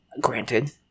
Granted